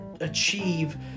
achieve